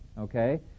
okay